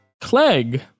Clegg